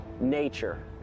nature